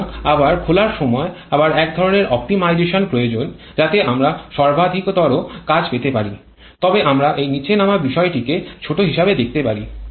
সুতরাং আবার খোলার সময় আবার একধরণের অপ্টিমাইজেশন প্রয়োজন যাতে আমরা সর্বাধিকতর কাজ পেতে পারি তবে আমরা এই নিচে নামা বিষয়টিকে ছোট হিসাবে দেখতে পারি